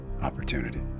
opportunity